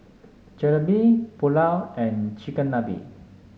Jalebi Pulao and Chigenabe